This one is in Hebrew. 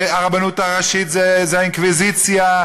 הרבנות הראשית זה האינקוויזיציה.